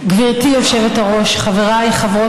חוק מחויב,